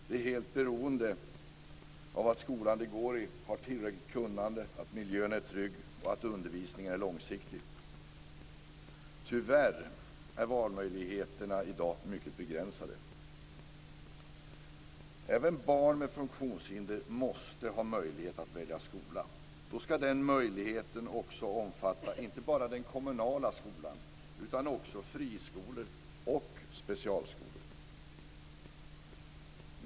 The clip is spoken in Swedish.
De är helt beroende av att skolan de går i har tillräckligt kunnande, att miljön är trygg och att undervisningen är långsiktig. Tyvärr är valmöjligheterna i dag mycket begränsade. Även barn med funktionshinder måste ha möjlighet att välja skola. Då ska den möjligheten inte bara omfatta den kommunala skolan utan också friskolor och specialskolor.